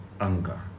anger